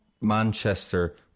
Manchester